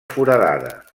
foradada